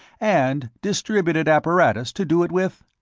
and distributed apparatus to do it with?